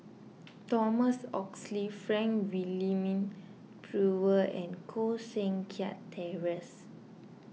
Thomas Oxley Frank Wilmin Brewer and Koh Seng Kiat Terence